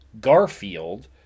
Garfield